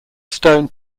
stone